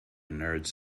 nerds